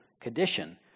condition